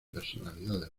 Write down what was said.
personalidades